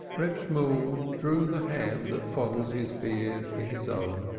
reb shemuel drew the hand that fondled his beard in his own,